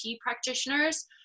practitioners